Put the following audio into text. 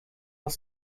was